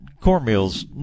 cornmeal's